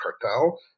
Cartel